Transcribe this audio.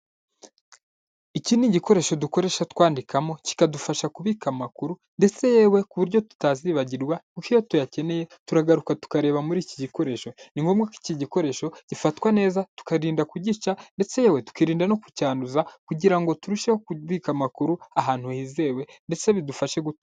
Iki ni igikoresho dukoresha twandikamo, kikadufasha kubika amakuru ndetse yewe ku buryo tutazibagirwa kuko iyo tuyakeneye turagaruka tukareba muri iki gikoresho, ni ngombwa ko iki gikoresho gifatwa neza tukarinda kugica ndetse yewe, tukirinda no kucyanduza kugira ngo turusheho kubika amakuru ahantu hizewe ndetse bidufashe gute......